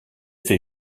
fait